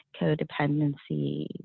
codependency